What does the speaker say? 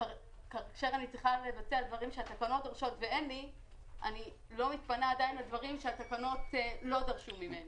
קודם יש תקנות ולכן אני לא מתפנה לדברים שהתקנות לא דורשות ממני.